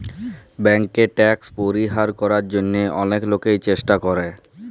ব্যাংকে ট্যাক্স পরিহার করার জন্যহে অলেক লোকই চেষ্টা করে